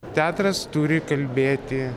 teatras turi kalbėti